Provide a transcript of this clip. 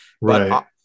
Right